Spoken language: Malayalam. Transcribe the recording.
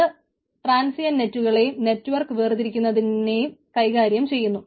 അത് ട്രാൻസിയൻറ് നെറ്റുകളെയും നെറ്റ്വർക്ക് വേർതിരിക്കുന്നതിനെയും കൈകാര്യം ചെയ്യുന്നു